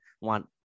want